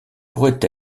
pourrait